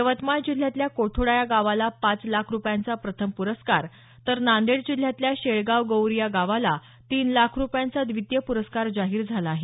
यवतमाळ जिल्ह्यातल्या कोठोडा या गावाला पाच लाख रुपयांचा प्रथम प्रस्कार तर नांदेड जिल्ह्यातल्या शेळगाव गौरी या गावाला तीन लाख रुपयांचा द्वितीय पुरस्कार जाहीर झाला आहे